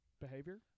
behavior